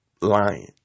lying